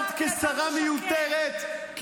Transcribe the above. כיהנת כשרה מיותרת,